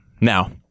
Now